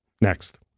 Next